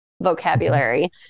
vocabulary